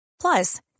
Plus